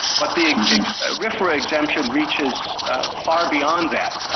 but being a referee exemption reaches far beyond that.